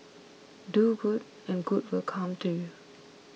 do good and good will come to you